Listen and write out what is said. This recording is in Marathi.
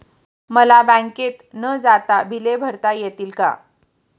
मला बँकेत न जाता बिले भरता येतील का?